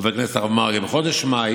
חבר הכנסת הרב מרגי: בחודש מאי